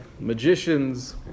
Magicians